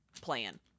plan